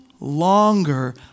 longer